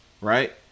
right